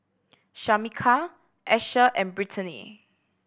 Shameka Asher and Brittany